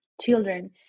children